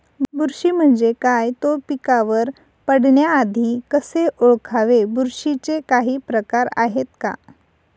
बुरशी म्हणजे काय? तो पिकावर पडण्याआधी कसे ओळखावे? बुरशीचे काही प्रकार आहेत का?